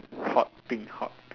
hot pink hot pink